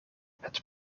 het